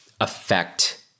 affect